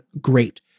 great